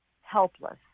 helpless